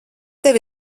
tev